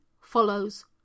follows